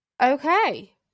okay